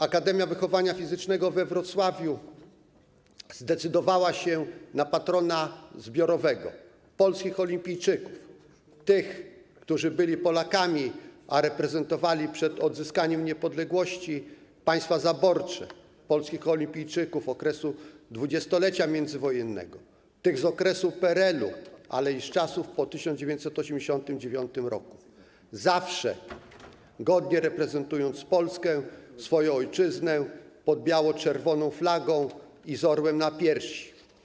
Akademia Wychowania Fizycznego we Wrocławiu zdecydowała się na patrona zbiorowego - polskich olimpijczyków, tych, którzy byli Polakami, a reprezentowali przed odzyskaniem niepodległości państwa zaborcze, polskich olimpijczyków okresu XX-lecia międzywojennego, tych z okresu PRL-u, ale i z czasów po 1989 r., zawsze godnie reprezentowali Polskę, swoją ojczyznę pod biało-czerwoną flagą i z orłem na piersi.